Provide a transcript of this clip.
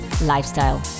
lifestyle